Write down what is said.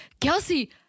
Kelsey